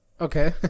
Okay